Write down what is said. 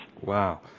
Wow